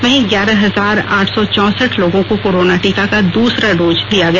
वहीं ग्यारह हजार आठ सौ चौसठ लोगों को कोराना टीका का दूसरा डोज दिया गया